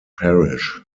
parish